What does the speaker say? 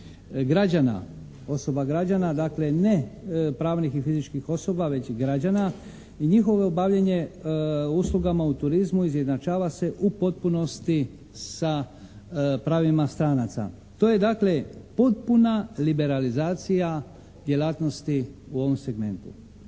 građana, osoba, građana, dakle ne pravnih i fizičkih osoba već i građana i njihovo obavljanje uslugama u turizmu izjednačava se u potpunosti sa pravima stranaca. To je dakle potpuna liberalizacija djelatnosti u ovom segmentu.